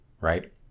right